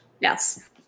Yes